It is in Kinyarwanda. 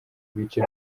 bice